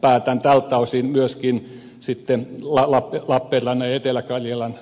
päätän tältä osin myöskin sitten lappeenrannan ja etelä karjalan